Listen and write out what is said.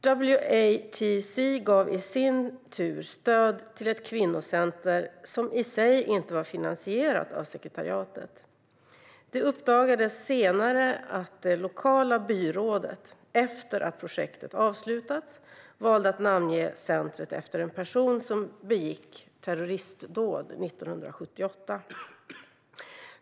WATC gav i sin tur stöd till ett kvinnocenter som i sig inte var finansierat av sekretariatet. Det uppdagades senare att det lokala byrådet efter att projektet avslutats valde att namnge centret efter en person som begick terroristdåd 1978.